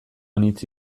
anitz